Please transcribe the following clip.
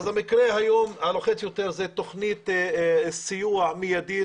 המקרה שלוחץ היום יותר זאת תוכנית סיוע מיידית